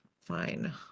fine